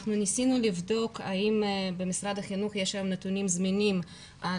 אנחנו ניסינו לבדוק האם במשרד החינוך יש היום נתונים זמינים על